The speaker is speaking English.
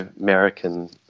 American